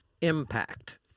impact